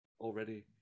already